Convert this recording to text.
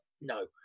no